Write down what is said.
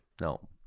No